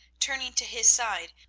turning to his side,